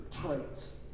traits